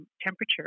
temperature